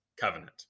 covenant